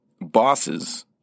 bosses